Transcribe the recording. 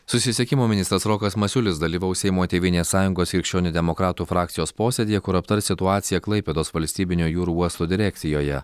susisiekimo ministras rokas masiulis dalyvaus seimo tėvynės sąjungos krikščionių demokratų frakcijos posėdyje kur aptars situaciją klaipėdos valstybinio jūrų uosto direkcijoje